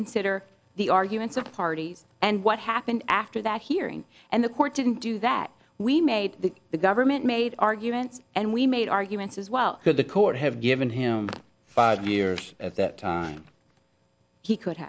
consider the arguments of the parties and what happened after that hearing and the court didn't do that we made the the government made arguments and we made arguments as well that the court have given him five years at that time he could